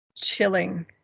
Chilling